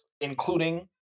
including